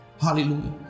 Hallelujah